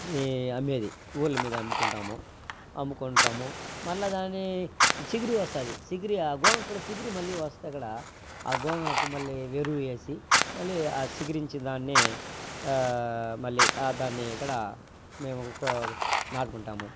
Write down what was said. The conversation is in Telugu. ఈ అమ్మేది ఊళ్ళ మీద అమ్ముకుంటాము అమ్ముకుంటాము మళ్ళీ దాని చిగురు వస్తుంది చిగురు గోగాకు కూడా చిగురు మళ్లీ వస్తుంది అక్కడ ఆ గోగాకు మళ్లీ ఎరువు వేసి మళ్లీ ఆ చిగురించిన దాన్ని మళ్లీ దాన్ని కూడా మేము కో నాటుకుంటాము